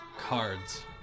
cards